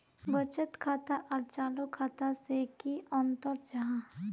बचत खाता आर चालू खाता से की अंतर जाहा?